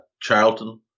Charlton